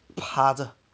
趴着